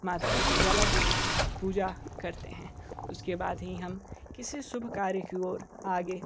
माता ज्वाला देवी की पूजा करते हैं उसके बाद ही हम किसी शुभ कार्य की ओर आगे